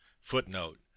footnote